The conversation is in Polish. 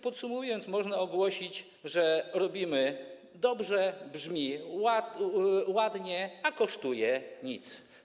Podsumowując, można ogłosić, że robimy dobrze, brzmi ładnie, a nie kosztuje nic.